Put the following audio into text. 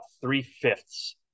three-fifths